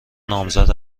نامزد